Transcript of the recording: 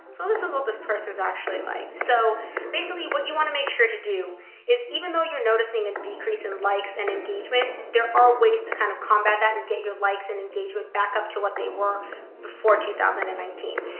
so this is what this person's actually like? so basically, what you want to make sure to do is even though you're noticing a decrease in likes and engagement, there are ways to kind of combat that and get your likes and engagement back up to what they were before two thousand and nineteen.